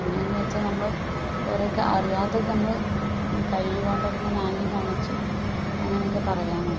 പിന്നെ എന്ന് വച്ചാൽ നമ്മൾ കുറേയൊക്കെ അറിയാത്ത നമ്മൾ കൈ കൊണ്ടൊക്കെ ഇങ്ങനെ ആംഗ്യം കാണിച്ച് അങ്ങനെയൊക്കെ പറയാൻ നോക്കും